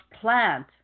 plant